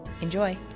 Enjoy